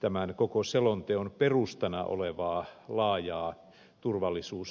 tämän koko selonteon perustana olevaa laajaa turvallisuuskäsitettä